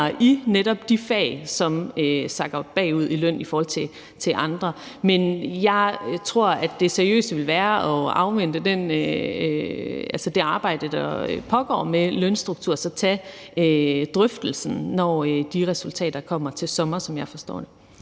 i netop de fag, som sakker bagud i løn i forhold til andre. Men jeg tror, at det seriøse vil være at afvente det arbejde, der pågår med lønstruktur, og så tage drøftelsen, når de resultater kommer til sommer, som jeg forstår